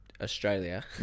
Australia